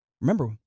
Remember